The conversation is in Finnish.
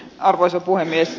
arvoisa puhemies